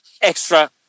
extra